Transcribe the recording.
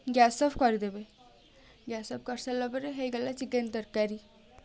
gas off କରିଦେବେ gas off କରିସାରିଲା ପରେ ହେଇଗଲା ଚିକେନ୍ ତରକାରୀ